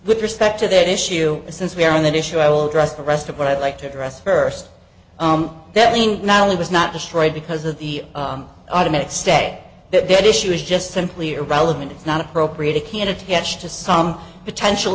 with respect to that issue since we're on that issue i'll address the rest of what i'd like to address first that lean not only was not destroyed because of the automated stagg that that issue is just simply irrelevant it's not appropriate it can attach to some potential